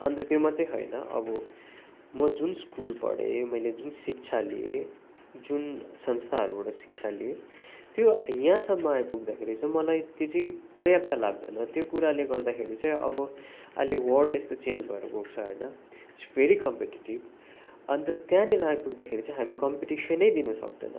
अन्त त्यो मात्रै होइन अब म जुन स्कुल पढेँ मैले जुन शिक्षा लिएँ जुन संस्थाहरूबाट शिक्षा लिएँ त्यो यहाँसम्म आई पुग्दाखेरि चाहिँ मलाई त्यो चाहिँ पर्याप्त लाग्दैन मलाई त्यो कुराले गर्दाखेरि चाहिँ अब अहिले वर्ल्ड यस्तो चेन्ज भएर गएको छ होइन इट्स भेरी कम्पिटिटिभ अन्त त्यहाँनिर आई पुग्दाखेरि चाहिँ हामी कम्पिटिसनै दिनु सक्दैन